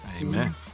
Amen